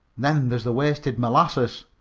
then there's the wasted molasses.